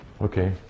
Okay